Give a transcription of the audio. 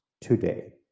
today